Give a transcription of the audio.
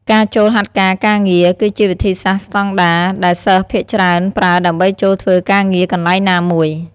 ការចូលហាត់ការការងារ គឺជាវិធីសាស្ត្រស្តង់ដារដែលសិស្សភាគច្រើនប្រើដើម្បីចូលធ្វើការងារកន្លែងណាមួយ។